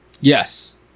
Yes